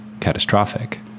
catastrophic